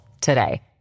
today